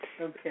Okay